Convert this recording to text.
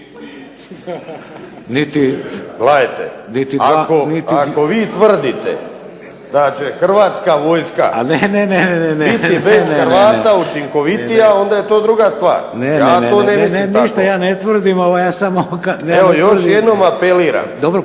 Zoran (SDP)** Ako vi tvrdite da će Hrvatska vojska biti bez Hrvata učinkovitija onda je to druga stvar. Ja to ne mislim tako. **Šeks, Vladimir